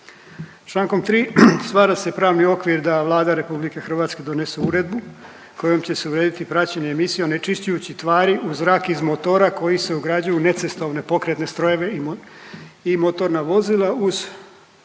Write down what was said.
Čl. 3 stvara se pravni okvir da Vlada RH donese uredbu kojom će se urediti praćenje emisija onečišćujućih tvari u zrak iz motora koji se ugrađuju u necestovne pokretne strojeve i motorna vozila uz